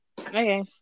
okay